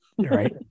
right